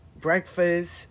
breakfast